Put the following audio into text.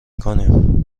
کنم